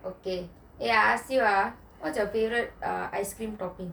okay ya I ask you ah what's your favourite ice cream topping